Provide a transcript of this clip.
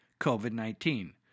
COVID-19